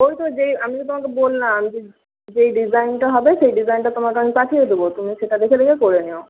ওই তো যে আমি তোমাকে বললাম যেই ডিজাইনটা হবে সেই ডিজাইনটা আমি তোমাকে পাঠিয়ে দেবো তুমি সেটা দেখে দেখে করে নিও